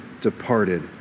departed